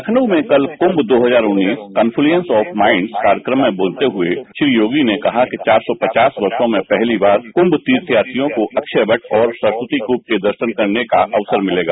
लखनऊ में कल कुम्म दो हजार उन्नीस कॉन्फ्लुएन्स ऑफ माइन्ड्स में बोलते हुए श्री योगी ने कहा कि चार सौ पचास वर्षो में पहली बार कुम्भ तीर्थपात्रियों को अक्षय वट के प्राकृतिक रूप का दर्शन करने का अवसर मिलेगा